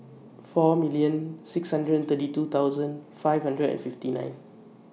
four million six hundred and thirty two thousand five hundred and fifty nine